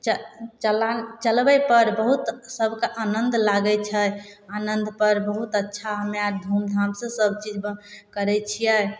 चलान चलबै पर बहुत सबके आनन्द लागै छै आनन्द पर बहुत अच्छा हम्मे आर धूमधाम से सब चीज करै छियै